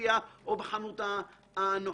בפיצוציה או בחנות הנוחות.